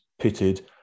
pitted